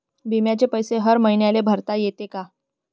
बिम्याचे पैसे हर मईन्याले भरता येते का?